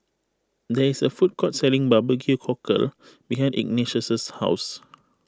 there is a food court selling Barbecue Cockle behind Ignatius' house